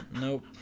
Nope